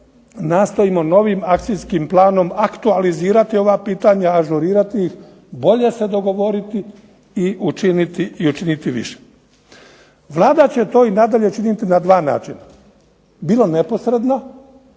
nastojimo novim akcijskim planom aktualizirati ova pitanja, ažurirati ih, bolje se dogovoriti i učiniti više. Vlada će to i nadalje činiti na dva načina, bilo neposredno